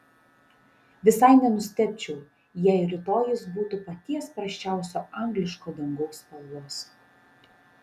visai nenustebčiau jei rytoj jis būtų paties prasčiausio angliško dangaus spalvos